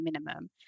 minimum